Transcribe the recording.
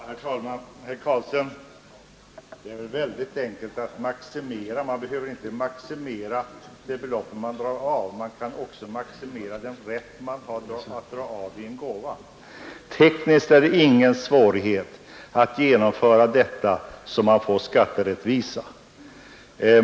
Herr talman! Det är väl väldigt enkelt att maximera, herr Carlstein! Man behöver ju inte maximera det belopp som får dras av; man kan också maximera den rätt som föreligger att dra av vid en gåva. Tekniskt är det ingen svårighet att genomföra detta så att man får skatterättvisa.